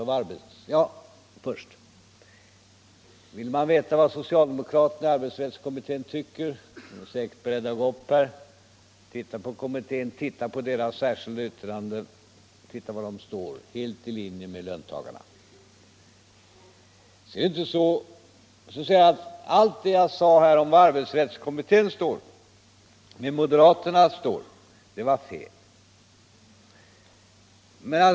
Om herr Bohman vill veta vad socialdemokraterna i arbetsrättskommittén tycker så kan han läsa deras särskilda yttrande. Kommitténs uppfattning är helt i linje med löntagarnas. Herr Bohman sade att allt det jag anförde om var arbetsrättskommittén står och var moderaterna står var felaktigt.